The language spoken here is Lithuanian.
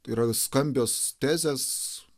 tai yra skambios tezės